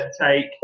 take